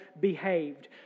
behaved